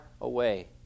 away